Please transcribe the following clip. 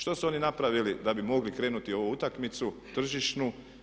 Što su oni napravili da bi mogli krenuti u ovu utakmicu tržišnu?